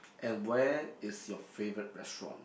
at where is your favorite restaurant